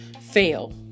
fail